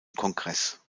kongress